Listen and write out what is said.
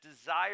desire